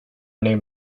name